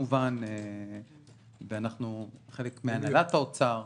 חלק מהנהלת האוצר כמובן.